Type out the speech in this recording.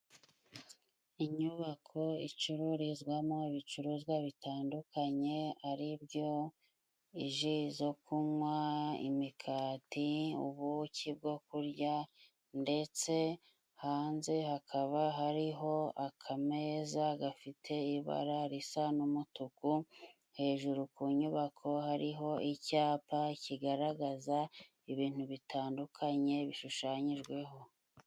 Inyubako icururizwamo ibicuruzwa bitandukanye ari byo iji zo kunywa, imikati, ubuki bwo kurya, ndetse hanze hakaba hariho akamezaeza gafite ibara risa n'umutuku, hejuru ku nyubako hariho icyapa kigaragaza ibintu bitandukanye bishushanyijweho.